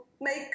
make